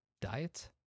diet